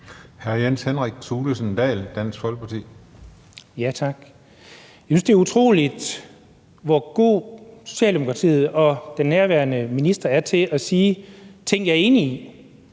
Jeg synes, det er utroligt, hvor god Socialdemokratiet og den nærværende minister er til at sige ting, jeg er enig i.